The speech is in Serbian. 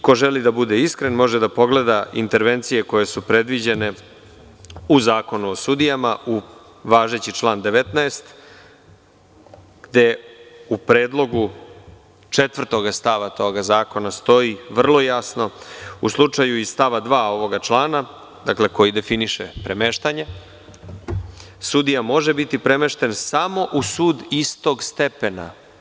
Ko želi da bude iskren, može da pogleda intervencije koje su predviđene u Zakonu o sudijama, važeći član 19. gde u predlogu 4. stava toga zakona stoji vrlo jasno: „U slučaju iz stava 2. ovog člana, sudija može biti premešten samo u sud istog stepena“